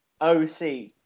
OC